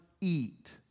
eat